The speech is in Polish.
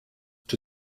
czy